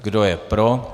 Kdo je pro?